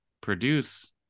produce